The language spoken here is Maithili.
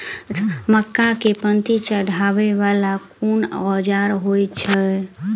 मक्का केँ पांति चढ़ाबा वला केँ औजार होइ छैय?